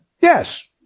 Yes